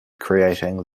creating